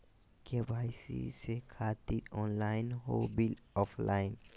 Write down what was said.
KYC से खातिर online हो बिल ऑफलाइन?